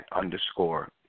underscore